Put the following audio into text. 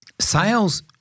sales